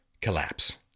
collapse